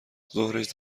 ظهرش